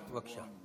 חברנו שלמה קרעי.